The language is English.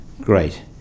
Great